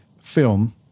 film